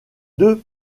deux